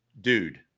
dude